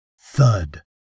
thud